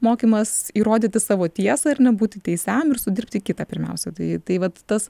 mokymas įrodyti savo tiesą ar ne būti teisiam ir sudirbti kitą pirmiausia tai tai vat tas